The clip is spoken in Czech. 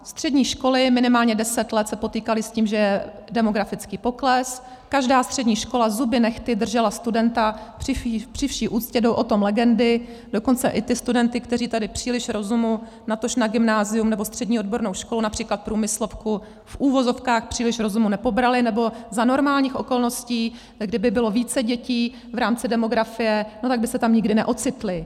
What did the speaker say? Střední školy se minimálně deset let potýkaly s tím, že je demografický pokles, každá střední škola zuby nehty držela studenta, při vší úctě, jdou o tom legendy, dokonce i ty studenty, kteří tedy příliš rozumu, natož na gymnázium nebo střední odbornou školu, například průmyslovku, v uvozovkách příliš rozumu nepobrali, nebo za normálních okolností kdyby bylo více dětí v rámci demografie, tak by se tam nikdy neocitli.